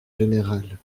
général